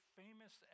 famous